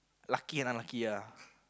lucky and unlucky lah